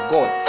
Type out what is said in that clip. God